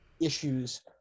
issues